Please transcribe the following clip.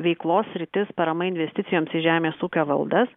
veiklos sritis parama investicijoms į žemės ūkio valdas